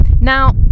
Now